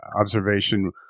observation